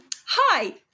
Hi